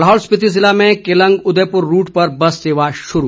लाहौल स्पिति ज़िले में केलंग उदयपुर रूट पर बस सेवा शुरू